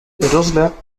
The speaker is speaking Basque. erosleak